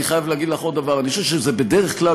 אני חייב להגיד לך עוד דבר: אני חושב שזה בדרך כלל